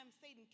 Satan